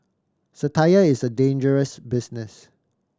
satire is a dangerous business